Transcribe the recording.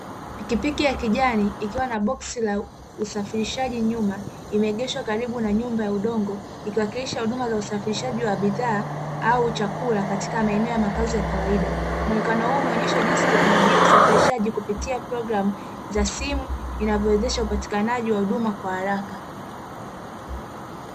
Pikipiki ya kijani ikiwa na boksi la usafirishaji nyuma, imeegeshwa karibu na nyumba ya udongo, ikiwakilisha huduma za usafirishaji bidhaa au chakula, katika maeneo ya makazi ya kawaida. Muonekano huo umeonesha jinsi teknolojia ya usafirishaji, kupitia programu za simu zinazowezesha upatikanaji wa huduma kwa haraka.